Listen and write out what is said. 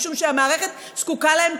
משום שהמערכת זקוקה להם,